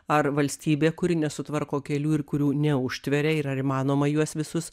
ar valstybė kuri nesutvarko kelių ir kurių neužtveria ir ar įmanoma juos visus